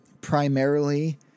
primarily